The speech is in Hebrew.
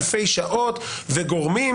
אלפי שעות וגורמים,